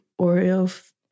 Oreo